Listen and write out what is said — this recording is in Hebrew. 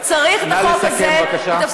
נא לסכם בבקשה.